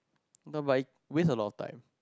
not but I waste a lot of time